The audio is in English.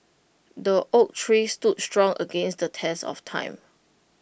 the oak tree stood strong against the test of time